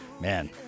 Man